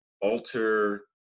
alter